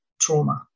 trauma